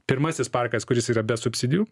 pirmasis parkas kuris yra be subsidijų